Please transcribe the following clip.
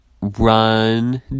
run